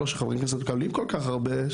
לא שחברי כנסת מקבלים כל כך הרבה,